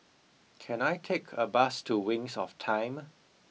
can I take a bus to Wings of Time